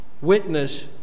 witness